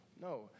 no